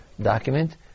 document